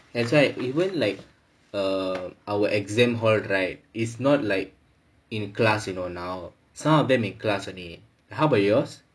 that's why even like err our exam hall right is not like in class you know now some of them in class only how about yours